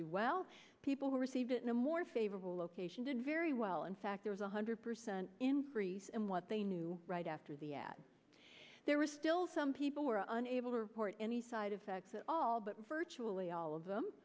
do well people who received it in a more favorable location did very well in fact there was one hundred percent increase in what they knew right after the ad there were still some people were unable to report any side effects at all but virtually all of them